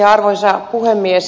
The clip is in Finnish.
arvoisa puhemies